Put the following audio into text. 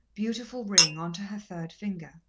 beautiful ring onto her third finger.